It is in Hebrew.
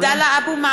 (קוראת בשמות חברי הכנסת) עבדאללה אבו מערוף,